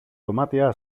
δωμάτια